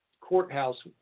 courthouse